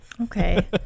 Okay